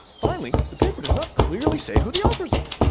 finally, the paper does not clearly say who the authors are!